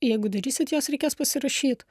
jeigu darysit juos reikės pasirašyt